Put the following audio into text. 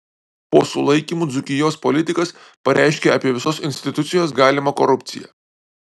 po sulaikymų dzūkijos politikas pareiškia apie visos institucijos galimą korupciją